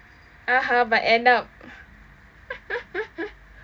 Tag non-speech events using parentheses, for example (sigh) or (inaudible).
(uh huh) but end up (laughs)